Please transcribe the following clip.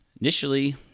Initially